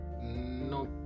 no